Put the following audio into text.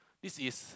this is